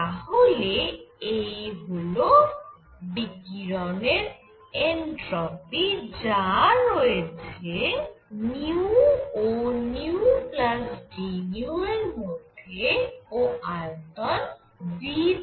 তাহলে এই হল বিকিরণের এনট্রপি যা রয়েছে ও νd এর মধ্যে ও আয়তন V তে